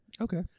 Okay